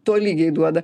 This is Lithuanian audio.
tolygiai duoda